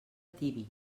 tibi